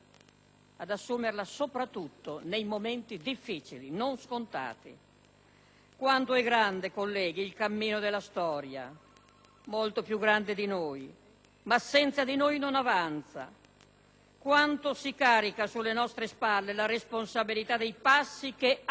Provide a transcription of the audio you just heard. Quanto è grande, colleghi, il cammino della storia; molto più grande di noi, ma senza di noi non avanza. Quanto si carica sulle nostre spalle la responsabilità dei passi che aprono il nuovo cammino che l'Italia attende. Abbiamo fiducia, colleghi.